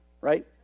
right